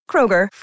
Kroger